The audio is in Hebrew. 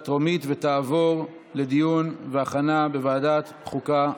טרומית ותעבור לדיון ולהכנה בוועדת החוקה,